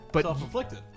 Self-inflicted